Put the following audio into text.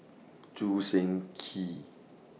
Choo Seng Quee